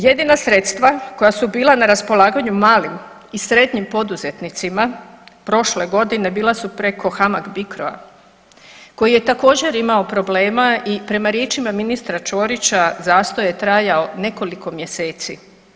Jedina sredstva koja su bila na raspolaganju malim i srednjim poduzetnicima prošle godine bila su preko HAMAG-BICRO-a koji je također imao problema i prema riječima ministra Ćorića zastoj je trajao nekoliko mjeseci.